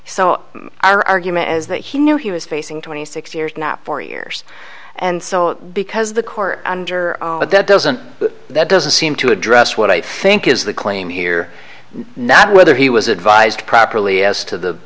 so our argument is that he knew he was facing twenty six years knapp four years and so because the court under oath but that doesn't that doesn't seem to address what i think is the claim here not whether he was advised properly as to